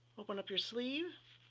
open up your sleeve,